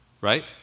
Right